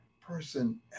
person